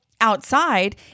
Outside